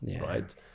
right